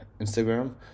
Instagram